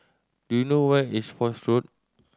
do you know where is Foch Road